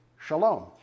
Shalom